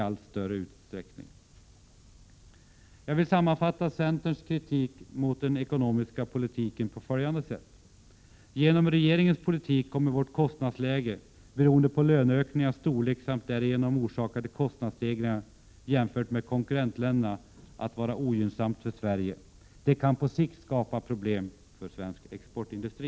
Herr talman! Jag vill sammanfatta centerns kritik mot den ekonomiska politiken på följande sätt: Oo Genom regeringens politik kommer vårt kostnadsläge — beroende på löneökningarnas storlek samt därigenom orsakade kostnadsstegringar, jämfört med konkurrentländerna — att vara ogynnsamt för Sverige. Detta kan på sikt skapa problem för svensk exportindustri.